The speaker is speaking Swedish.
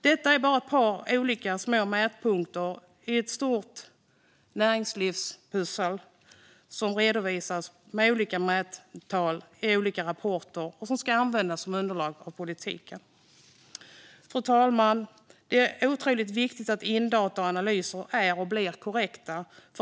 Detta är bara ett par mätpunkter, ett par små bitar i ett stort näringslivspussel som redovisas med olika mättal i olika rapporter som ska användas som underlag av politiken. Fru talman! För